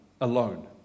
alone